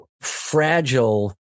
fragile